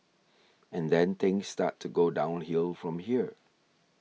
and then things start to go downhill from here